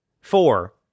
four